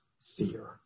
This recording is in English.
fear